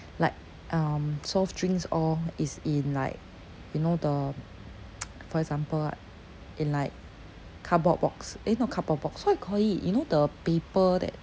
like um soft drinks all is in like you know the for example like in like cardboard box eh not cardboard box what do you call it you know the paper that